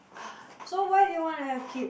so why do you wanna have kids